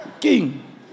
King